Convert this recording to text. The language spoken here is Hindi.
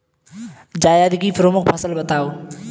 जायद की प्रमुख फसल बताओ